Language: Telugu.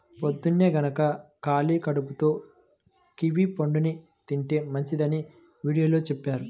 పొద్దన్నే గనక ఖాళీ కడుపుతో కివీ పండుని తింటే మంచిదని వీడియోలో చెప్పారు